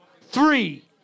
Three